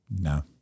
No